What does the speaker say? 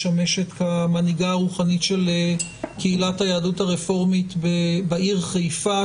משמשת כמנהיגה הרוחנית של קהילת היהדות הרפורמית בעיר חיפה,